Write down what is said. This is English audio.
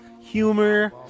humor